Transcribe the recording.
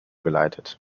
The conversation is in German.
geleitet